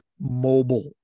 Mobile